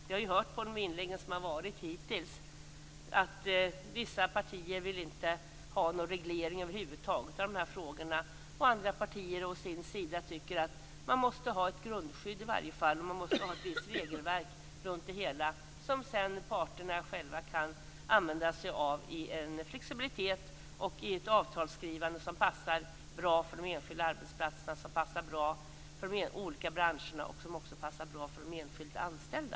Vi har hört av de inlägg som hittills varit att vissa partier inte vill ha någon reglering över huvud taget i de här frågorna, medan andra partier tycker att det i varje fall måste finnas ett grundskydd. Man måste ha ett visst regelverk kring det hela som parterna själva sedan kan använda sig av i flexibilitet och i ett avtalsskrivande som passar bra för de enskilda arbetsplatserna, för de olika branscherna och också för de enskilda anställda.